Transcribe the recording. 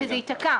וזה יתקע.